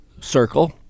circle